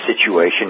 Situation